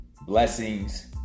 Blessings